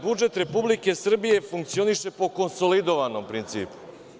Budžet Republike Srbije funkcioniše po konsolidovanom principu.